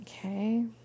Okay